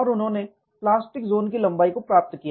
और उन्होंने plastic zone की लंबाई को प्राप्त किया